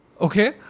Okay